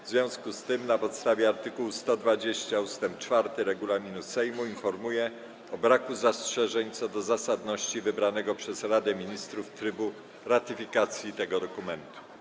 W związku z tym, na podstawie art. 120 ust. 4 regulaminu Sejmu, informuję o braku zastrzeżeń co do zasadności wybranego przez Radę Ministrów trybu ratyfikacji tego dokumentu.